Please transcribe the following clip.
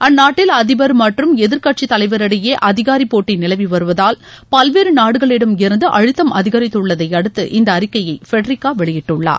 அந்நாட்டில் அதிபர் மற்றும் எதிர்க்கட்சித்தலைவரிடையே அதிகாரி போட்டி நிலவி வருவதால் பல்வேறு நாடுகளிடமிருந்து அழுத்தம் அதிகரித்துள்ளதை அடுத்து இந்த அழிக்கையை ஃபெடரிக்க வெளியிட்டள்ளார்